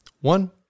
one